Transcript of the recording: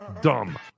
Dumb